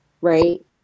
right